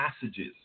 passages